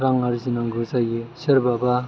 रां आरजिनांगौ जायो सोरबाबा